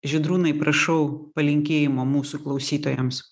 žydrūnai prašau palinkėjimo mūsų klausytojams